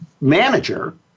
manager